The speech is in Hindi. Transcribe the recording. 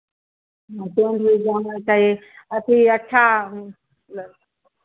हाँ भी जाना चाहिए अथि अच्छा मतलब